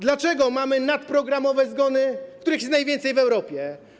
Dlaczego mamy nadprogramowe zgony, których jest najwięcej w Europie?